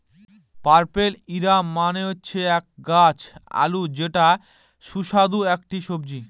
purple yam মানে হচ্ছে গাছ আলু যেটা সুস্বাদু একটি সবজি